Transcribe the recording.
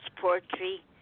poetry